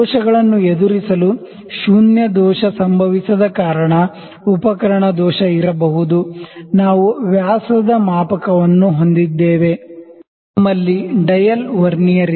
ದೋಷಗಳನ್ನು ಎದುರಿಸಲು ಶೂನ್ಯ ದೋಷ ಸಂಭವಿಸದ ಕಾರಣ ಉಪಕರಣ ದೋಷ ಇರಬಹುದು ನಾವು ಡಯಲ್ ವರ್ನಿಯರ್ ವನ್ನು ಹೊಂದಿದ್ದೇವೆ ನಮ್ಮಲ್ಲಿ ಡಯಲ್ ವರ್ನಿಯರ್ ಇದೆ